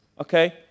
okay